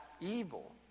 evil